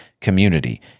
community